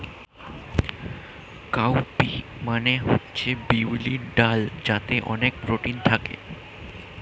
cow P মানে হচ্ছে বিউলির ডাল যাতে অনেক প্রোটিন থাকে